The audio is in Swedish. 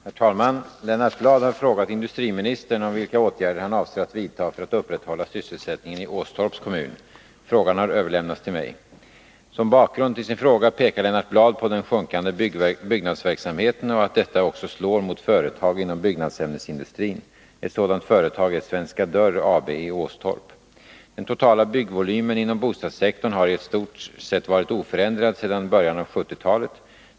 Herr talman! Lennart Bladh har frågat industriministern om vilka åtgärder han avser att vidta för att upprätthålla sysselsättningen i Åstorps kommun. att upprätthålla sysselsättningen i Åstorps kommun Frågan har överlämnats till mig. Som bakgrund till sin fråga pekar Lennart Bladh på den sjunkande byggnadsverksamheten och på att detta också slår mot företag inom byggnadsämnesindustrin. Ett sådant företag är Svenska Dörr AB i Åstorp. Den totala byggvolymen inom bostadssektorn har i stort sett varit oförändrad sedan början av 1970-talet.